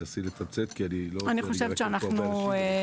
תנסי לתמצת כי יש פה הרבה אנשים.